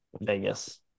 Vegas